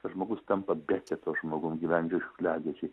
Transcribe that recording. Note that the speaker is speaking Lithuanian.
žmogus tampa beketo žmogum gyvenančiu šiukšliadėžėj